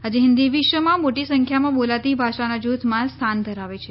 આજે હિંદી વિશ્વમાં મોટી સંખ્યામાં બોલાતી ભાષાના જૂથમાં સ્થાન ધરાવે છે